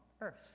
earth